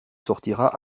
sortira